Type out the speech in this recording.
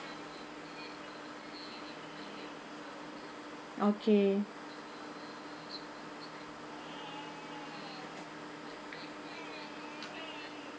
okay